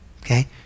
okay